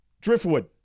Driftwood